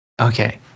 Okay